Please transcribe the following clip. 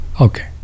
okay